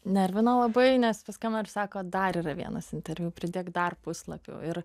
nervino labai nes paskambino ir sako dar yra vienas interviu pridėk dar puslapių ir